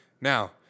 Now